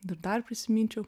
dar dar prisiminčiau